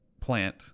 plant